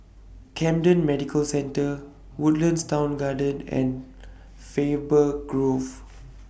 Camden Medical Centre Woodlands Town Garden and Faber Grove